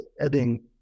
adding